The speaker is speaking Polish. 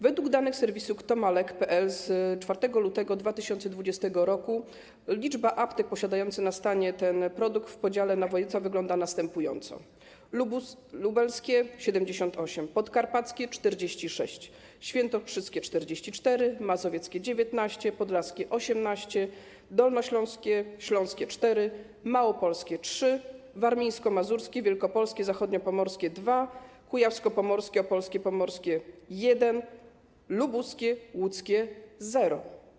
Według danych serwisu KtoMaLek.pl z 4 lutego 2020 r. liczba aptek posiadająca na stanie ten produkt w podziale na województwa wygląda następująco: lubelskie - 78, podkarpackie - 46, świętokrzyskie - 44, mazowieckie - 19, podlaskie - 18, dolnośląskie, śląskie - 4, małopolskie - 3, warmińsko-mazurskie, wielkopolskie, zachodniopomorskie - 2, kujawsko-pomorskie, opolskie, pomorskie - 1, lubuskie, łódzkie - 0.